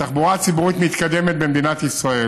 התחבורה הציבורית מתקדמת במדינת ישראל